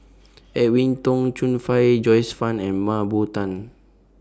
Edwin Tong Chun Fai Joyce fan and Mah Bow Tan